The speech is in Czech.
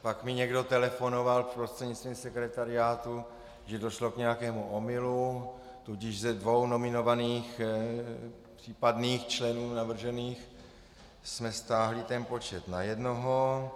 Pak mi někdo telefonoval prostřednictvím sekretariátu, že došlo k nějakému omylu, tudíž ze dvou nominovaných případných členů navržených jsme stáhli ten počet na jednoho.